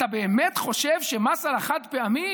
אתה באמת חושב שמס על החד-פעמי